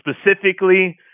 specifically